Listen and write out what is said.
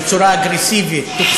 בושה וחרפה.